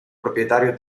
proprietario